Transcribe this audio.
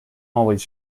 always